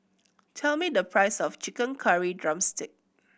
tell me the price of chicken curry drumstick